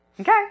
Okay